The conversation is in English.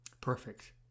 Perfect